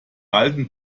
alten